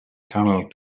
tunnel